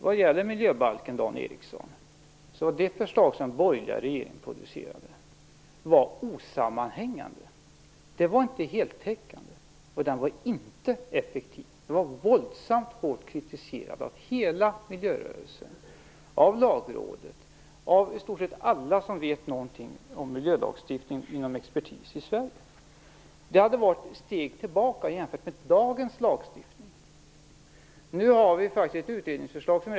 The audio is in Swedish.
Vad gäller miljöbalken, Dan Ericsson, kan jag säga att det förslag som den borgerliga regeringen producerade var osammanhängande. Det var inte heltäckande och inte heller effektivt. Det var våldsamt hårt kritiserat av hela miljörörelsen, av Lagrådet och av i stort sett alla inom svensk expertis som har kännedom om miljölagstiftningen. Jämfört med dagens lagstiftning hade det varit ett steg tillbaka. Nu har vi faktiskt ett intressant utredningsförslag.